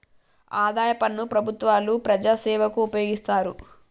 ఆదాయ పన్ను ప్రభుత్వాలు ప్రజాసేవకు ఉపయోగిస్తారు